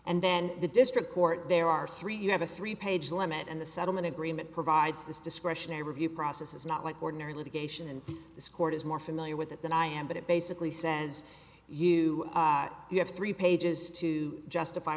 and then the district court there are three you have a three page limit and the settlement agreement provides this discretionary review process is not like ordinary litigation and this court is more familiar with it than i am but it basically says you you have three pages to justify